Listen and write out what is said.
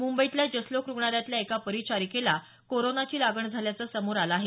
मुंबईतल्या जसलोक रुग्णालयातल्या एका परिचारिकेला कोरोनाची लागण झाल्याचं समोर आलं आहे